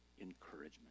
encouragement